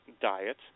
diet